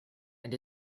and